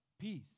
peace